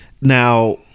Now